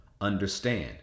understand